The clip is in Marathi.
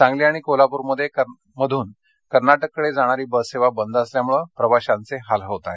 सांगली आणि कोल्हापुरमधून कर्नाटककडे जाणारी बससेवा बंद असल्यामुळे प्रवाशांचे हाल होत आहेत